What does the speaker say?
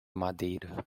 madeira